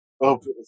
open